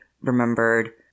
remembered